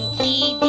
the